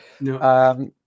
No